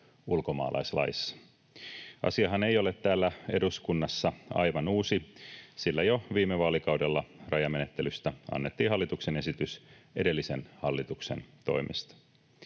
ulkomaalaislaissa. Asiahan ei ole täällä eduskunnassa aivan uusi, sillä jo viime vaalikaudella rajamenettelystä annettiin hallituksen esitys edellisen hallituksen toimesta.